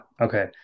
okay